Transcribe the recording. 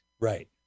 Right